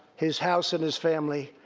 his house, and his family.